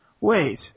Wait